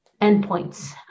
endpoints